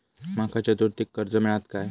माका चतुर्थीक कर्ज मेळात काय?